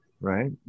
right